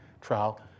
trial